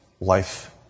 life